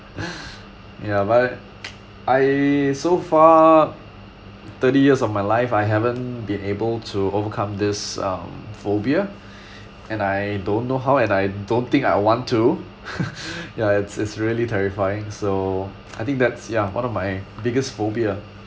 ya but I so far thirty years of my life I haven't been able to overcome this um phobia and I don't know how and I don't think I want to ya it's it's really terrifying so I think that's ya one of my biggest phobia